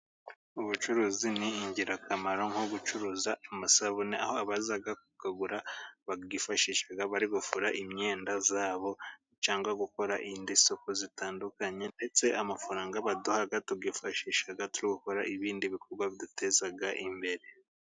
Ubucuruzi ni ingirakamaro nko gucuruza amasabune, aho abaza kuyagura bayifashisha bari gufura imyenda yabo cyangwa gukora indi suku itandukanye. Ndetse amafaranga baduha tuyifashisha turi gukora ibindi bikorwa biduteza imbere.